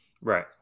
Right